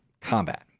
combat